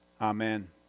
Amen